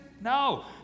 No